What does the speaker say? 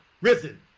risen